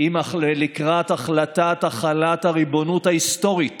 לקראת החלטת החלת הריבונות ההיסטורית